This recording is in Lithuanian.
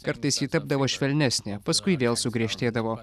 kartais ji tapdavo švelnesnė paskui vėl sugriežtėdavo